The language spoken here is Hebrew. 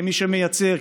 כמי שמייצר,